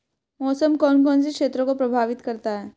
मौसम कौन कौन से क्षेत्रों को प्रभावित करता है?